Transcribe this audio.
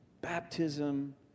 baptism